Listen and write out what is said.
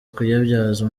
kuyabyaza